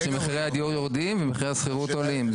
שמחירי הדיור יורדים ומחירי השכירות עולים.